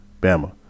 Bama